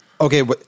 Okay